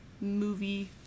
movie